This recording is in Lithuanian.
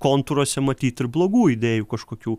kontūruose matyt ir blogų idėjų kažkokių